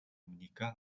menikah